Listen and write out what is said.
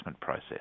process